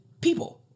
people